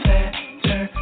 Better